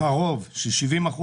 הרוב של 70%,